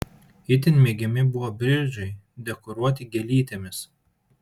itin mėgiami buvo bridžai dekoruoti gėlytėmis